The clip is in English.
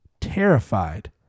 terrified